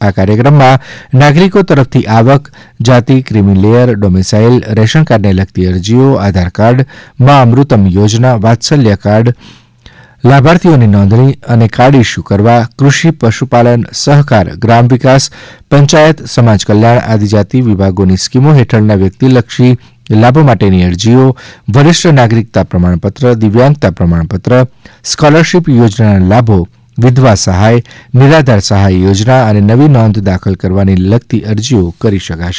આ કાર્યક્રમમાં નાગરીકો તરફથી આવક જાતિ ક્રિમીલેયર ડોમીસાઇલ રેશનકાર્ડને લગતી અરજીઓ આધારકાર્ડ મા અમૃતમ યોજના વાત્સલ્ય કાર્ડમાં લાભાર્થીઓની નોંધણી અને કાર્ડ ઈસ્યુ કરવા કૃષિ પશુપાલન સહકાર ગ્રામ વિકાસ પંચાયત સમાજ કલ્યાણ આદિજાતિ વિભાગોની સ્કીમો હેઠળના વ્યક્તિલક્ષી લાભો માટેની અરજીઓ વરિષ્ઠ નાગરીકતા પ્રમાણપત્ર દિવ્યાંગતા પ્રમાણપત્ર સ્કોલરશીપ યોજનાના લાભો વિધવા સહાય નિરાધાર સહાય યોજના અને નવી નોંધ દાખલ કરવાની લગતી અરજીઓ કરી શકશે